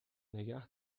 نگه